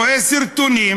רואה סרטונים,